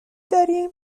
داریم